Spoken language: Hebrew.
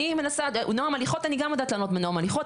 אני גם יודעת לענות בנועם הליכות.